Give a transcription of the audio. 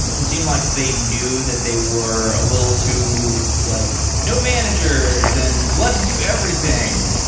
it seemed like they knew that they were a little too like, no managers, and let's do everything.